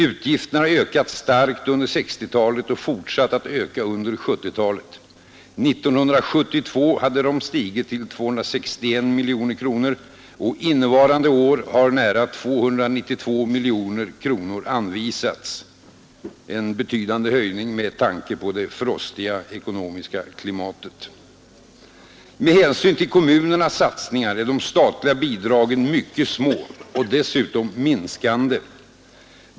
Utgifterna har ökat starkt under 1960-talet och fortsatt att öka under 1970-talet. År 1972 hade de stigit till 261 miljoner kronor, och innevarande år har nära 292 miljoner anvisats — en betydande höjning med tanke på det frostiga ekonomiska klimatet. Med hänsyn till kommunernas satsningar är de statliga bidragen mycket små — och dessutom minskande.